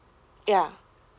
ya